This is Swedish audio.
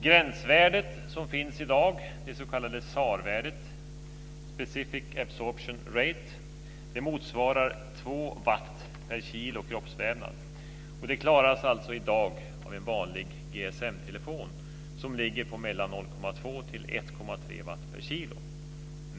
Gränsvärdet som finns i dag, det s.k. SAR-värdet, Specific Absorption Rate, motsvarar 2 watt per kilo kroppsvävnad. Detta klaras i dag av en vanlig GSM telefon, som ligger på mellan 0,2 och 1,3 watt per kilo.